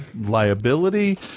liability